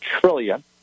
trillion